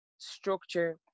structure